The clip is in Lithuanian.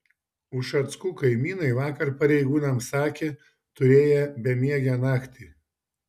ušackų kaimynai vakar pareigūnams sakė turėję bemiegę naktį